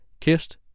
Kissed